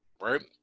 right